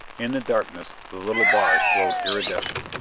in the darkness the little bars glowed irridescent.